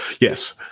yes